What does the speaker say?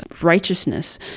righteousness